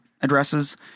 addresses